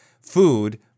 food